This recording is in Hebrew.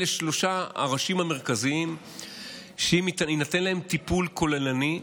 אלה שלושת הראשים המרכזיים שאם יינתן להם טיפול כוללני,